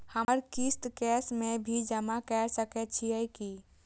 हमर किस्त कैश में भी जमा कैर सकै छीयै की?